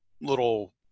little